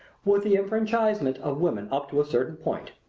with the enfranchisement of women up to a certain point.